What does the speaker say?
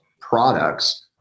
products